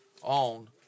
on